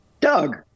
Doug